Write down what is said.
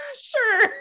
sure